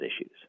issues